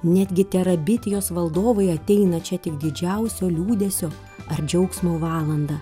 netgi terabitijos valdovai ateina čia tik didžiausio liūdesio ar džiaugsmo valandą